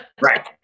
right